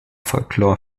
folklore